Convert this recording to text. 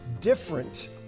different